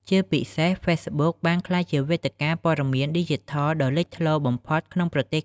ជាពិសេស Facebook បានក្លាយជាវេទិកាព័ត៌មានឌីជីថលដ៏លេចធ្លោបំផុតក្នុងប្រទេស។